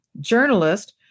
journalist